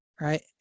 right